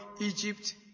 Egypt